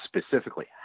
specifically